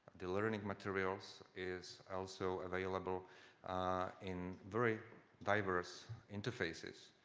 the learning materials is also available in very diverse interfaces,